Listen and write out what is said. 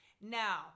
Now